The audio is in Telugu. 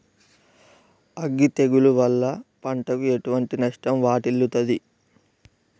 అగ్గి తెగులు వల్ల పంటకు ఎటువంటి నష్టం వాటిల్లుతది?